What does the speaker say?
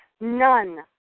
none